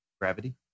gravity